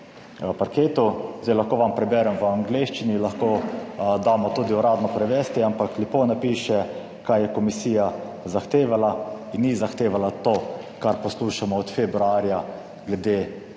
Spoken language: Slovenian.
Lahko vam preberem v angleščini, lahko damo tudi uradno prevesti, ampak lepo napiše kaj je komisija zahtevala. In ni zahtevala to kar poslušamo od februarja glede